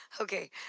okay